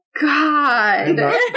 God